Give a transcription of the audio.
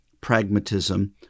pragmatism